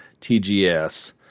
TGS